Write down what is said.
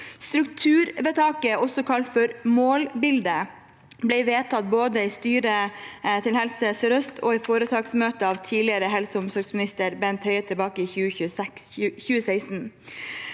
Strukturvedtaket, også kalt målbildet, ble vedtatt både i styret til Helse Sør-Øst og i foretaksmøtet av tidligere helse- og omsorgsminister Bent Høie tilbake i 2016.